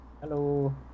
hello